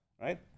Right